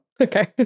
Okay